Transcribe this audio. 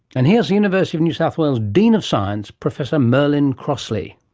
and here's university of new south wales dean of science, professor merlin crossley.